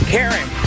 Karen